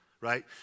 right